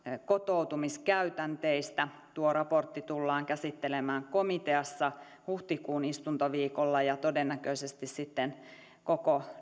kotoutumiskäytänteistä tuo raportti tullaan käsittelemään komiteassa huhtikuun istuntoviikolla ja todennäköisesti sitten koko